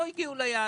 לא הגיעו אליו.